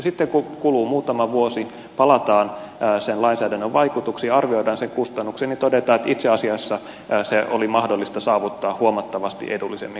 sitten kun kuluu muutama vuosi palataan sen lainsäädännön vaikutuksiin arvioidaan sen kustannuksia niin todetaan että itse asiassa se oli mahdollista saavuttaa huomattavasti edullisemmin kustannuksin